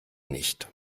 nicht